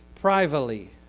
privately